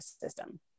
system